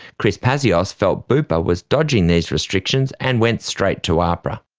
chris pazios felt bupa was dodging these restrictions and went straight to ahpra.